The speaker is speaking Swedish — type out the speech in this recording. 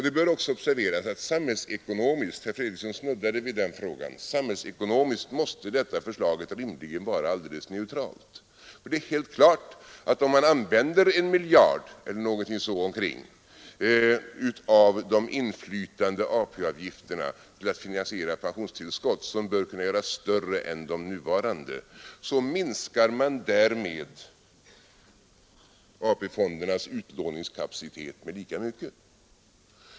Det bör också observeras att sam hällsekonomiskt — herr Fredriksson snuddade vid den frågan — måste detta förslag rimligen vara alldeles neutralt. Det är helt klart att om man använder omkring 1 miljard kronor av de inflytande ATP-avgifterna till att finansiera pensionstillskott som bör kunna göras större än de nuvarande minskar man därmed AP-fondernas utlåningskapacitet med lika mycket.